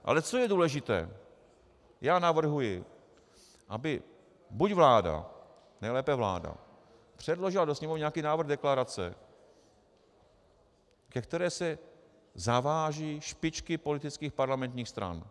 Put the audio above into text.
Ale co je důležité, já navrhuji, aby buď vláda, nejlépe vláda, předložila do Sněmovny nějaký návrh deklarace, ke které se zavážou špičky politických parlamentních stran.